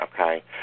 okay